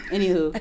Anywho